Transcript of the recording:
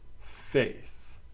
faith